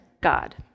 God